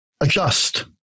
adjust